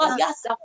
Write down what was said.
yes